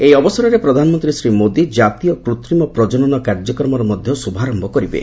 ଏହି ଅବସରରେ ପ୍ରଧାନମନ୍ତ୍ରୀ ଶ୍ରୀ ମୋଦି କାତୀୟ କୃତ୍ରିମ ପ୍ରଜନନ କାର୍ଯ୍ୟକ୍ରମର ମଧ୍ୟ ଶୁଭାରମ୍ଭ କରିବେ